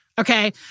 Okay